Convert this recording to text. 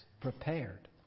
prepared